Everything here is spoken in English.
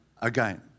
again